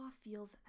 feels